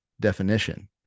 definition